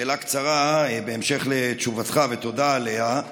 שאלה קצרה בהמשך לתשובתך, ותודה עליה: